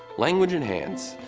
language and hands,